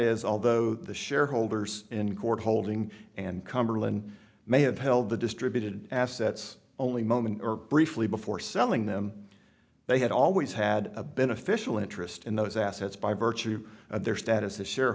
is although the shareholders in court holding and cumberland may have held the distributed assets only moment briefly before selling them they had always had a beneficial interest in those assets by virtue of their status as share